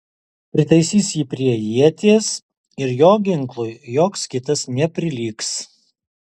pritaisys jį prie ieties ir jo ginklui joks kitas neprilygs